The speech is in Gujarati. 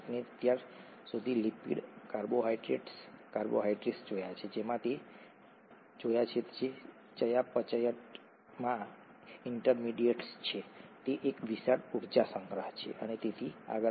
આપણે અત્યાર સુધીલિપિડ કાર્બોહાઇડ્રેટ્સ કાર્બોહાઇડ્રેટ્સ જોયા છે જેમ કે તમે જાણો છો કે ચયાપચયમાં ઇન્ટરમિડિયેટ્સ છે તે એક વિશાળ ઊર્જા સંગ્રહ છે અને તેથી આગળ